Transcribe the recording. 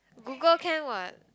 Google can what